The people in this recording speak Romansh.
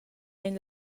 ein